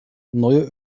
neue